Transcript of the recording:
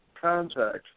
contact